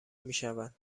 میشوند